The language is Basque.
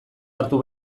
hartu